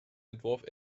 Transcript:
entwurf